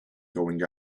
going